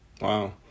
Wow